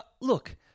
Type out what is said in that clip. look